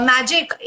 Magic